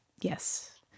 Yes